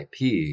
IP